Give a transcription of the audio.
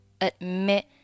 admit